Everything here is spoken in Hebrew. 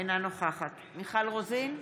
אינה נוכחת מיכל רוזין,